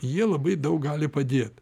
jie labai daug gali padėt